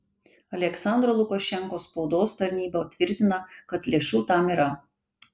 aliaksandro lukašenkos spaudos tarnyba tvirtina kad lėšų tam yra